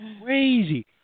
crazy